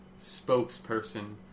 spokesperson